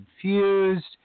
confused